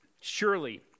Surely